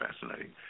fascinating